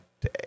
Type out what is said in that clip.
day